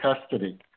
custody